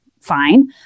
fine